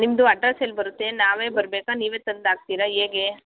ನಿಮ್ಮದು ಅಡ್ರಸ್ ಎಲ್ಲಿ ಬರುತ್ತೆ ನಾವೇ ಬರ್ಬೇಕಾ ನೀವೇ ತಂದು ಹಾಕ್ತಿರ ಹೇಗೆ